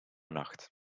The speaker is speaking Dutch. nacht